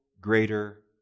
greater